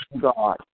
God